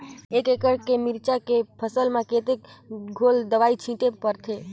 एक एकड़ के मिरचा के फसल म कतेक ढोल दवई छीचे पड़थे?